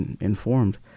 informed